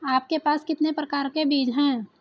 आपके पास कितने प्रकार के बीज हैं?